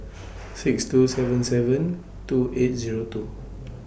six two seven seven two eight Zero two